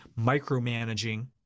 micromanaging